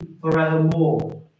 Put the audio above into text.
forevermore